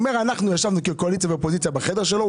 הוא אומר שאנחנו ישבנו כקואליציה ואופוזיציה בחדר שלו,